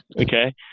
okay